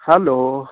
hello